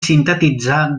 sintetitzar